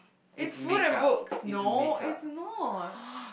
it's food and books no it's not